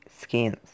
skins